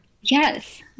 Yes